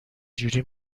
جوری